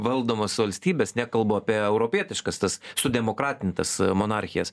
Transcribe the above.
valdomos valstybės nekalbu apie europietiškas tas sudemokratintas monarchijas